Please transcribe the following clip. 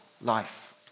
life